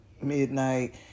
midnight